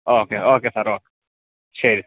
okay okay സാറേ okay ശരി